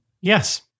Yes